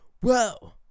Whoa